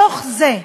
מתוך זה,